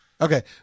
Okay